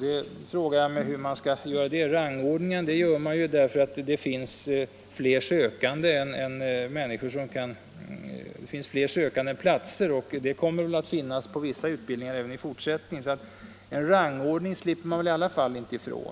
Men jag frågar mig hur det skall gå till. En rangordning har man ju därför att det finns fler sökande än platser, och det kommer väl att vara förhållandet på vissa utbildningar även i fortsättningen. En rangordning slipper vi väl då inte ifrån.